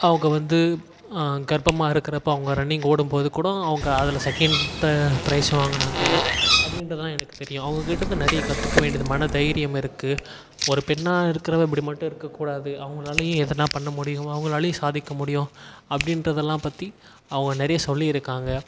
அவங்க வந்து கர்ப்பமாக இருக்கிறப்போ அவங்க ரன்னிங் ஓடும் போது கூட அவங்க அதில் செகண்ட் ப்ரைஸ் வாங்கினாங்க அப்படின்றதெல்லாம் எனக்கு தெரியும் அவங்க கிட்ட இருந்து நிறைய கற்றுக்க வேண்டியது மன தைரியம் இருக்குது ஒரு பெண்ணாக இருக்கிறவ இப்படி மட்டும் இருக்க கூடாது அவங்களாலையும் எதுனா பண்ண முடியும் அவங்களாலையும் சாதிக்க முடியும் அப்படின்றதெல்லாம் பற்றி அவங்க நிறைய சொல்லி இருக்காங்க